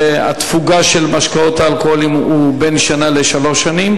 והתפוגה של משקאות אלכוהוליים היא בין שנה לשלוש שנים,